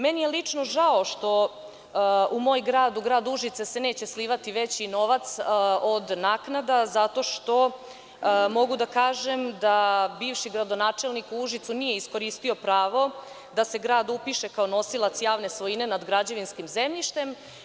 Meni je lično žao što u moj grad, u grad Užice se neće slivati veći novac od naknada zato što mogu da kažem da bivši gradonačelnik u Užicu nije iskoristio pravo da se grad upiše kao nosilac javne svojine nad građevinskim zemljištem.